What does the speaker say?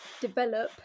Develop